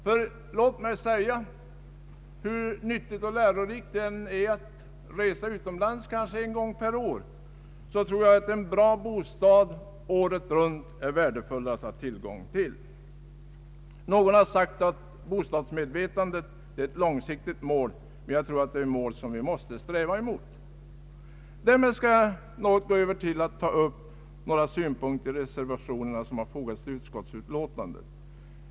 Hur lärorikt och nyttigt det än kan vara att resa utomlands kanske en gång per år, så tror jag att en bra bostad året runt är värdefullare. Någon har sagt att bostadsmedvetandet är ett långsiktigt mål, men jag tror att det är ett mål som vi måste sträva mot. Därmed skall jag övergå till att säga något om några av de reservationer som fogats till utskottsutlåtandet.